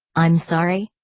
i'm sorry?